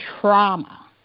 trauma